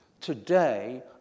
Today